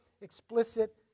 explicit